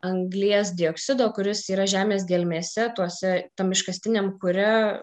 anglies dioksido kuris yra žemės gelmėse tuose tam iškastiniam kure